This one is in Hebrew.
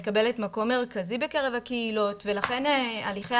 היא מקבלת מקום מרכזי בקרב הקהילות ולכן הליכי